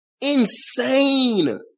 Insane